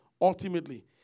ultimately